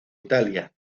italia